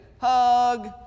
Hug